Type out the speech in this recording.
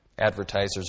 advertisers